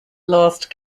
lost